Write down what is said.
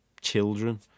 children